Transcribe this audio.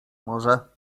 może